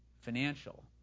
financial